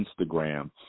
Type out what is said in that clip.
instagram